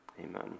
amen